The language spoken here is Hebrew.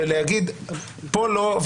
ולהגיד: פה לא,